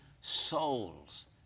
souls